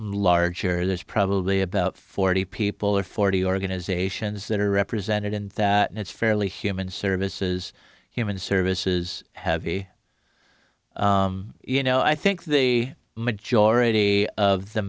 larger there's probably about forty people or forty organizations that are represented in that and it's fairly human services human services have a you know i think the majority of the